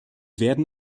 werden